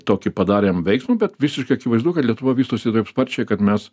tokį padarėm veiksmą bet visiškai akivaizdu kad lietuva vystosi taip sparčiai kad mes